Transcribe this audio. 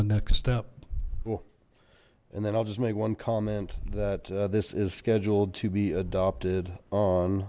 a next step well and then i'll just make one comment that this is scheduled to be adopted on